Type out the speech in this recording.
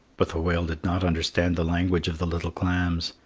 but the whale did not understand the language of the little clams.